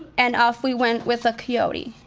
and off we went with a coyote.